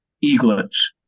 eaglets